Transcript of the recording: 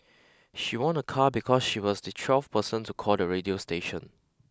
she won a car because she was the twelfth person to call the radio station